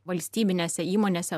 valstybinėse įmonėse